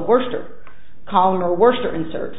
worst or cholera worst or insert